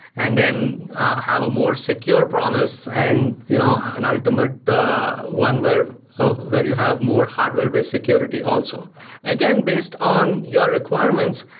and then have a more secure promise and you know an ultimate one, where ah where you have more hardware based security also again, based on your requirements,